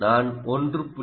நான் 1